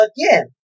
Again